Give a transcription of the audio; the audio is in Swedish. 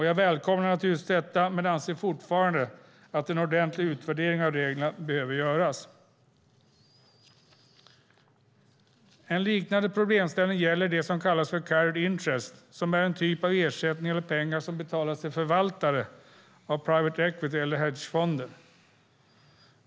Jag välkomnar naturligtvis detta men anser fortfarande att en ordentlig utvärdering av reglerna behöver göras. En liknande problemställning gäller det som kallas för carried interest, som är en typ av ersättning eller pengar som betalas till förvaltare av private equity eller hedgefonder.